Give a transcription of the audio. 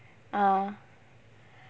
uh